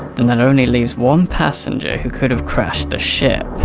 then that only leaves one passenger who could have crashed the ship.